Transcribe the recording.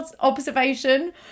observation